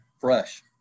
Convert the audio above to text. fresh